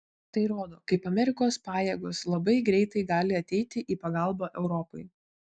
tai rodo kaip amerikos pajėgos labai greitai gali ateiti į pagalbą europai